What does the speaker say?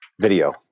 Video